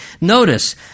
Notice